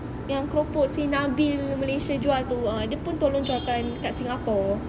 yang keropok si nabil malaysia jual tu ah dia pun tolong jualkan kat singapore